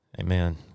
Amen